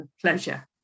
pleasure